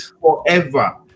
Forever